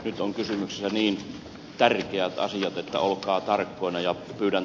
nyt on kysymys niin tärkeät asiat että olkaa tarkkoina ja pyydän